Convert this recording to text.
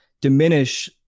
diminish